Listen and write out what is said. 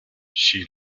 she